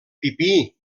pipí